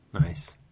Nice